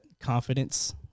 confidence